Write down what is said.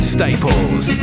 Staples